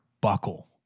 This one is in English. buckle